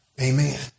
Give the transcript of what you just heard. Amen